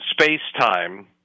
space-time